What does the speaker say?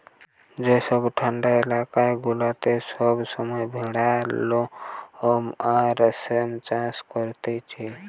যেসব ঠান্ডা এলাকা গুলাতে সব সময় ভেড়ার লোম আর রেশম চাষ করতিছে